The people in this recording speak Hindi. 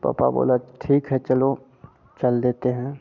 पापा बोले ठीक है चलो चल देते हैं